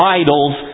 idols